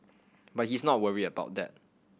but he's not worried about that